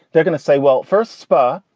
they're going to say, well, first spar,